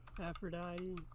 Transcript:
Aphrodite